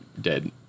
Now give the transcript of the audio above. dead